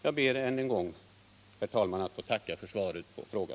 Jag ber än en gång, herr talman, att få tacka för svaret på min fråga.